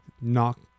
knock